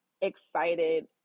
excited